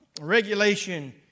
regulation